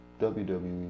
WWE